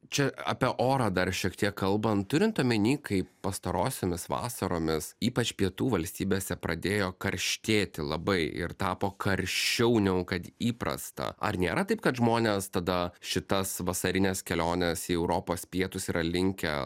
čia apie orą dar šiek tiek kalbant turint omeny kai pastarosiomis vasaromis ypač pietų valstybėse pradėjo karštėti labai ir tapo karščiau negu kad įprasta ar nėra taip kad žmonės tada šitas vasarines keliones į europos pietus yra linkę